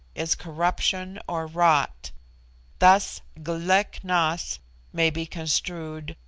is corruption or rot thus, glek-nas may be construed,